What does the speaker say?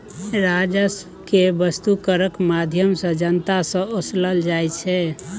राजस्व केँ बस्तु करक माध्यमसँ जनता सँ ओसलल जाइ छै